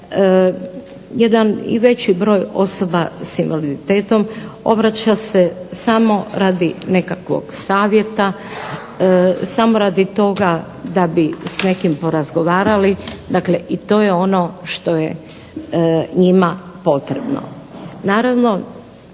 jedan i veći broj osoba s invaliditetom obraća se samo radi nekakvog savjeta, samo radi toga da bi s nekim porazgovarali i to je ono što je njima potrebno.